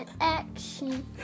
action